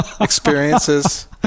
experiences